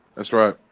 that's right